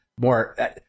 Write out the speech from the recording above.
more